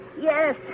Yes